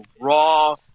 raw